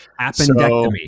Appendectomy